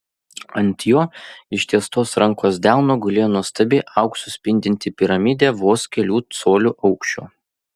ant jo ištiestos rankos delno gulėjo nuostabi auksu spindinti piramidė vos kelių colių aukščio